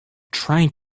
trying